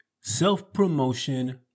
self-promotion